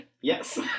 Yes